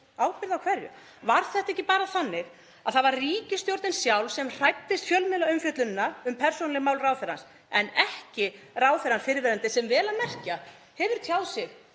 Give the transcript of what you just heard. Ábyrgð á hverju? Var þetta ekki bara þannig að það var ríkisstjórnin sjálf sem hræddist fjölmiðlaumfjöllunina um persónuleg mál ráðherrans en ekki ráðherrann fyrrverandi, sem vel að merkja hefur tjáð sig